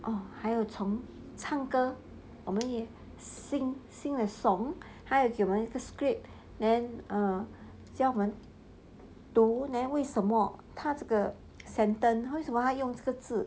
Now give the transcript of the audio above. oh 还有从唱歌我们也 sing sing a song 他也给我们一个 script then err 叫我们读 then 为什么他的 sentence 为什么他用这个字